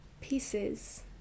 pieces